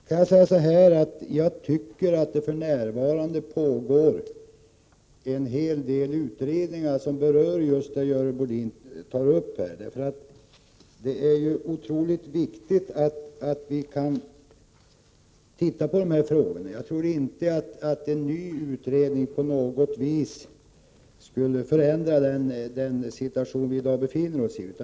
Herr talman! Jag anser att det för närvarande pågår en hel del utredningar som berör just det Görel Bohlin tar upp. Det är otroligt viktigt att vi ser på dessa frågor. Jag tror inte att en ny utredning på något vis skulle förändra den situation vi i dag befinner oss i.